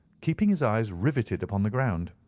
keeping his eyes riveted upon the ground.